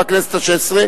בכנסת השבע-עשרה,